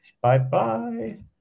Bye-bye